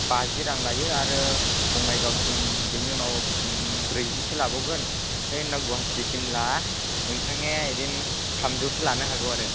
बाजि रां लायो आरो बङाइगावसिम बिनि उनाव ब्रैजिसो लाबावगोन ओमफ्राय नों गुवाहाटिसिमब्ला नोंथानिया ओरैनो थामजौसो लानो हागौ आरो